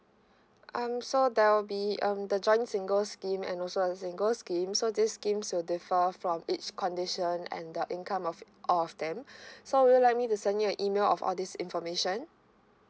um so there will be um the joint single scheme and also a single scheme so these scheme were differ from each condition and the income of all of them so would you like me to send you an email of all this information